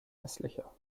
hässlicher